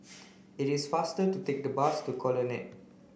it is faster to take the bus to Colonnade